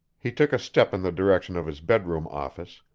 he took a step in the direction of his bedroom office,